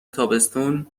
تابستون